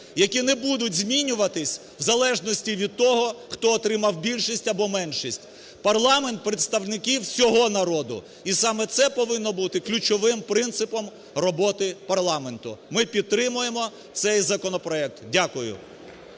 які не будуть змінюватись в залежності від того, хто отримав більшість або меншість. Парламент – представники всього народу. І саме це повинно бути ключовим принципом роботи парламенту. Ми підтримуємо цей законопроект. Дякую.